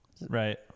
Right